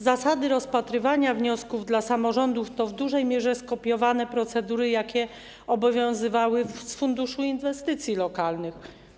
Zasady rozpatrywania wniosków samorządów to w dużej mierze skopiowane procedury, jakie obowiązywały w Funduszu Inwestycji Lokalnych.